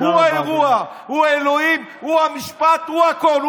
הוא האירוע, הוא האלוהים, הוא המשפט, הוא הכול.